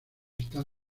están